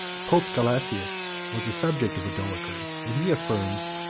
pope gelasius was a subject of odoacer and he affirms,